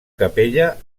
capella